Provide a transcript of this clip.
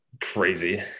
crazy